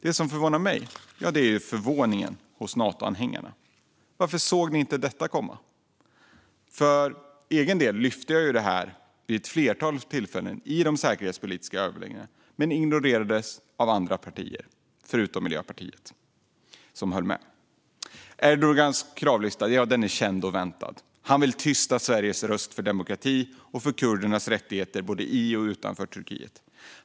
Det som förvånar mig är förvåningen hos Natoanhängarna. Varför såg ni inte detta komma? För egen del lyfte jag fram det vid ett flertal tillfällen i de säkerhetspolitiska överläggningarna men ignorerades av andra partier förutom Miljöpartiet, som höll med. Erdogans kravlista är känd och väntad. Han vill tysta Sveriges röst för demokrati och för kurdernas rättigheter både i och utanför Turkiet.